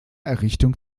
errichtung